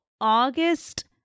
August